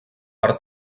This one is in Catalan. per